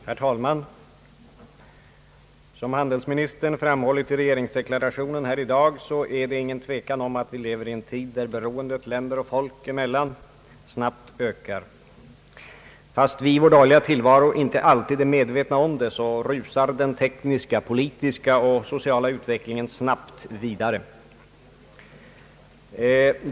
Herr talman! Som handelsministern framhållit i regeringsdeklarationen här i dag, är det ingen tvekan om att vi lever i en tid då beroendet länder och folk emellan snabbt ökar. Fastän vi i vår vardagliga tillvaro inte alltid är medvetna om det, rusar den tekniska, politiska och sociala utvecklingen vidare.